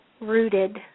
rooted